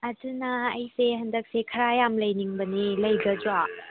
ꯑꯗꯨꯅ ꯑꯩꯁꯦ ꯍꯟꯗꯛꯁꯦ ꯈꯔ ꯌꯥꯝ ꯂꯩꯅꯤꯡꯕꯅꯤ ꯂꯩꯒꯗ꯭ꯔꯣ